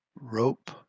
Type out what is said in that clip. Rope